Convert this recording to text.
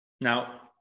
now